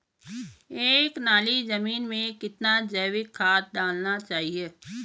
एक नाली जमीन में कितना जैविक खाद डालना चाहिए?